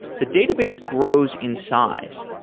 the database grows in size.